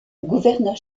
gouverneur